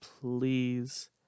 please